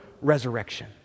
resurrection